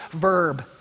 verb